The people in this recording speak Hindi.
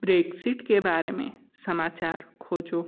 ब्रेक्सिट के बारे में समाचार खोजो